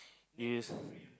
is